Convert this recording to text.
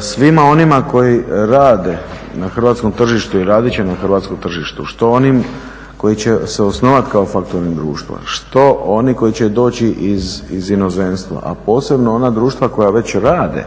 svima onima koji rade na hrvatskom tržištu i radit će na hrvatskom tržištu, što onim koji će se osnovati kao faktoring društvo, što oni koji će doći iz inozemstva, a posebno ona društva koja već rade